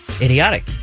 idiotic